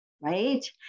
right